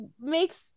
makes